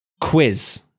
quiz